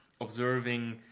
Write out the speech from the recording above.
observing